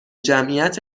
جمعیت